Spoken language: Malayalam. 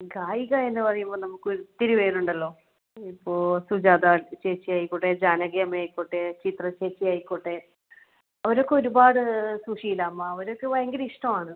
ഗായിക എന്ന് പറയുമ്പോൾ നമുക്കൊത്തിരി പേരുണ്ടല്ലോ ഇപ്പോൾ സുജാത ചേച്ചി ആയിക്കോട്ടെ ജാനകിയമ്മ ആയിക്കോട്ടെ ചിത്ര ചേച്ചി ആയിക്കോട്ടെ അവരൊക്കെ ഒരുപാട് സുശീലാമ്മ അവരെയൊക്കെ ഭയങ്കര ഇഷ്ടമാണ്